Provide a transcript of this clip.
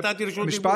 כבר נתתי רשות דיבור.